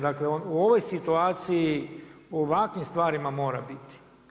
Dakle u ovoj situaciji, u ovakvim stvarima mora biti.